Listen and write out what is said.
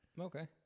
Okay